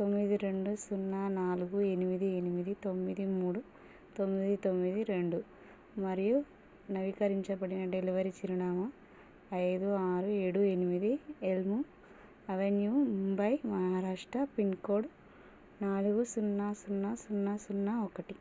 తొమ్మిది రెండు సున్నా నాలుగు ఎనిమిది ఎనిమిది తొమ్మిది మూడు తొమ్మిది తొమ్మిది రెండు మరియు నవీకరించబడిన డెలివరీ చిరునామా ఐదు ఆరు ఏడు ఎనిమిది elm avenue Mumbai Maharashtra pin code నాలుగు సున్నా సున్నా సున్నా సున్నా ఒకటి